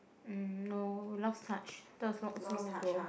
um no last touch that was long so long ago